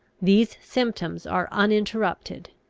these symptoms are uninterrupted,